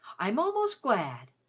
i'm almost glad,